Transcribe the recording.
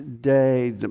day